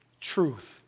truth